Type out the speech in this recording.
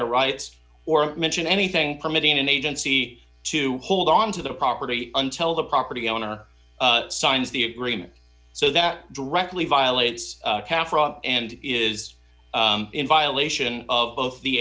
their rights or mention anything permitting an agency to hold onto the property until the property owner signs the agreement so that directly violates and is in violation of both the